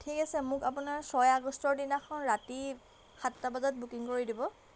ঠিক আছে মোক আপোনাৰ ছয় আগষ্টৰ দিনাখন ৰাতি সাতটা বজাত বুকিং কৰি দিব